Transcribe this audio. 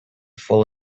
full